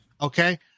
Okay